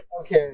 Okay